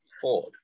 Ford